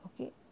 okay